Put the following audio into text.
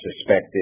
suspected